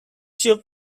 should